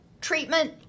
treatment